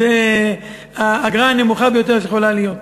זו האגרה הנמוכה ביותר שיכולה להיות.